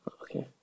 Okay